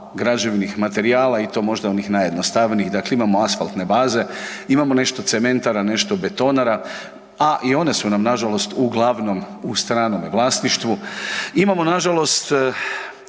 građevnih materijala i to možda onih najjednostavnijih. Dakle imamo asfaltne baze, imamo nešto cementara, nešto betonara a i one su nam na žalost uglavnom u stranome vlasništvu, imamo na žalost